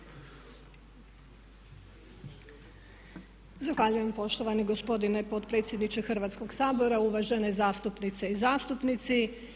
Zahvaljujem poštovani gospodine potpredsjedniče Hrvatskog sabora, uvažene zastupnice i zastupnici.